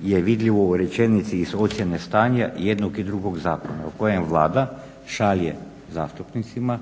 je vidljivo u rečenici iz ocjene stanja jednog i drugog zakona u kojem Vlada šalje zastupnicima